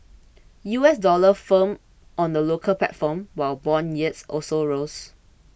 U S dollar firmed on the local platform while bond yields also rose